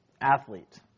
athlete